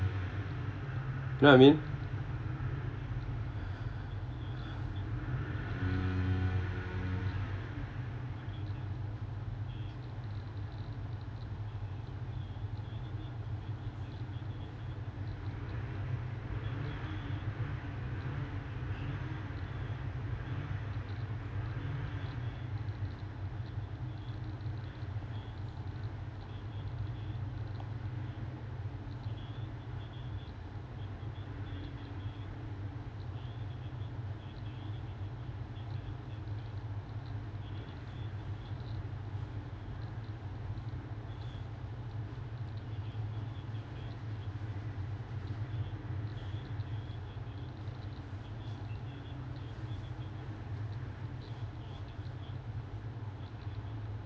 know I mean